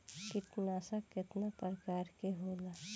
कीटनाशक केतना प्रकार के होला?